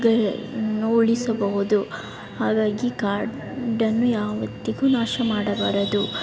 ಗಳ್ನು ಉಳಿಸಬಹುದು ಹಾಗಾಗಿ ಕಾಡನ್ನು ಯಾವತ್ತಿಗೂ ನಾಶ ಮಾಡಬಾರದು